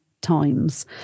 times